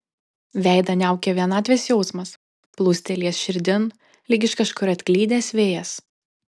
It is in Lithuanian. veidą niaukė vienatvės jausmas plūstelėjęs širdin lyg iš kažkur atklydęs vėjas